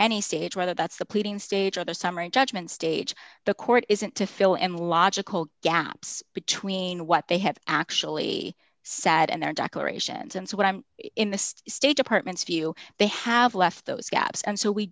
any stage whether that's the pleading stage of the summary judgment stage the court isn't to fill in logical gaps between what they have actually said and their declarations and what i'm in the state department's view they have left those gaps and so we